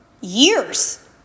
years